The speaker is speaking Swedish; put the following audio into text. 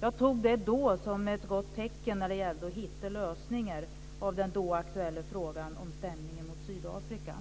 Jag tog det som ett gott tecken när det gällde att hitta lösningar i den då aktuella frågan om stämningen mot Sydafrika.